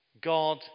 God